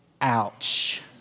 ouch